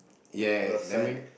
if your son